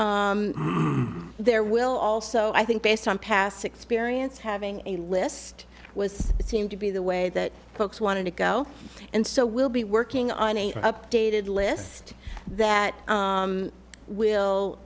ok there will also i think based on past experience having a list was it seemed to be the way that folks wanted to go and so we'll be working on a updated list that will